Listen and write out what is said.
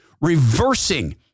reversing